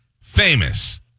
famous